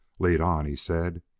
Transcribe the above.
lead on! he said.